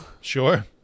Sure